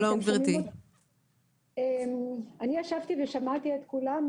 שלום, שמעתי את כל הדוברים,